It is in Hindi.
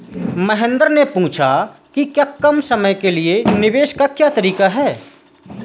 महेन्द्र ने पूछा कि कम समय के लिए निवेश का क्या तरीका है?